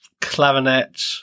clarinet